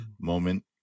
moment